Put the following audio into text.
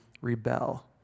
rebel